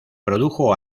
produjo